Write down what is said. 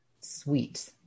Sweet